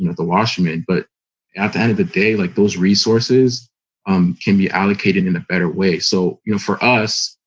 and the last minute. but at the end of the day, like, those resources um can be allocated in a better way. so you know for us,